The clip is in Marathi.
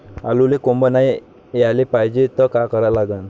आलूले कोंब नाई याले पायजे त का करा लागन?